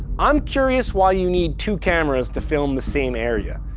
i'm curious why you need two cameras to film the same area.